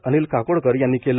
Anil Kakodkar यांनी केले